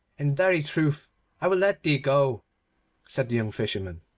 in very truth i will let thee go said the young fisherman.